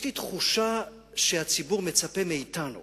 יש לי תחושה שהציבור מצפה מאתנו